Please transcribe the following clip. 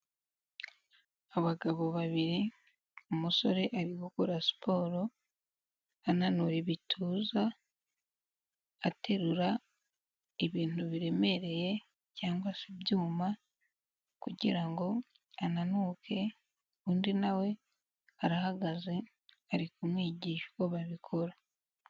Abagabo babiri, umusore ari gukora siporo, ananura ibituza, aterura ibintu biremereye cyangwa se ibyuma kugira ngo ananuke, undi na we arahagaze ari kumwigisha uko babikora.